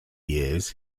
years